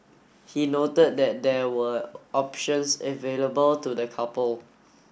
he noted that there were options available to the couple